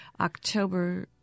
October